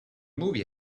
movie